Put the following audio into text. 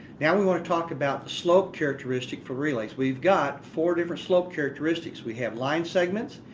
now we're going to talk about the slope characteristic for relays. we've got four different slope characteristics. we have line segments.